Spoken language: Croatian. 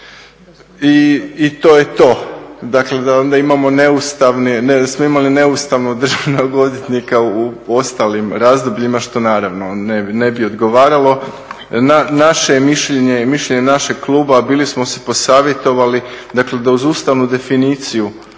imamo neustavne, da smo imali neustavnog državnog odvjetnika u ostalim razdobljima što naravno ne bi odgovaralo. Naše je mišljenje i mišljenje našeg kluba. Bili smo se posavjetovali, dakle da uz ustavnu definiciju